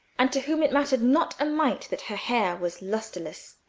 and to whom it mattered not a mite that her hair was lustreless,